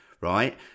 right